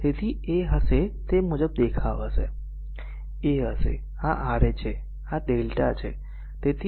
તેથી a હશે તે મુજબ દેખાવ હશે a હશે આ r a છે અને આ Δ છે